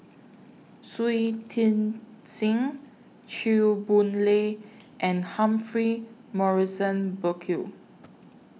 Shui Tit Sing Chew Boon Lay and Humphrey Morrison Burkill